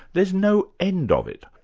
there's no end of it.